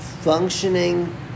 functioning